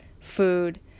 food